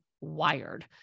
wired